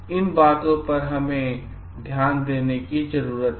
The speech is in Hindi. इन बातों पर हमें ध्यान रखने की जरूरत है